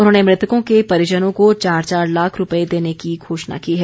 उन्होंने मृतकों के परिजनों को चार चार लाख रूपए देने की घोषणा की है